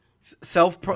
self